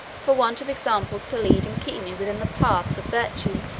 for want of examples to lead and keep me within the paths of virtue?